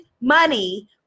money